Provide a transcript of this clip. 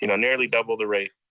you know nearly double the rate.